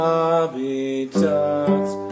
Habitats